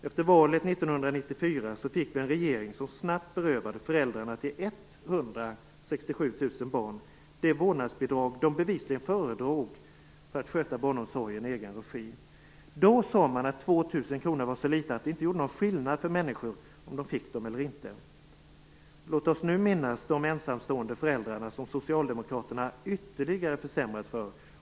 Efter valet 1994 fick vi en regering som snabbt berövade föräldrarna till 167 000 barn det vårdnadsbidrag de bevisligen föredrog för att sköta barnomsorgen i egen regi. Då sade man att 2 000 kr var så litet att det inte gjorde någon skillnad för människor om de fick dem eller inte. Låt oss nu minnas de ensamstående föräldrar som socialdemokraterna ytterliga har försämrat för.